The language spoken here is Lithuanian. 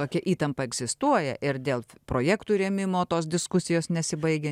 tokia įtampa egzistuoja ir dėl projektų rėmimo tos diskusijos nesibaigia